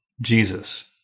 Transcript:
Jesus